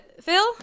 Phil